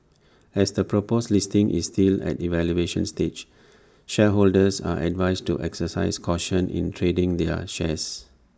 as the proposed listing is still at evaluation stage shareholders are advised to exercise caution in trading their shares